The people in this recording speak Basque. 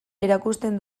erakusten